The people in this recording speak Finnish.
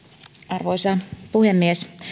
arvoisa puhemies